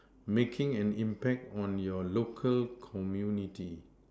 making an impact on your local community